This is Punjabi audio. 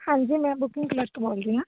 ਹਾਂਜੀ ਮੈਂ ਬੁਕਿੰਗ ਤੋਂ ਬੋਲ ਰਹੀ ਹਾਂ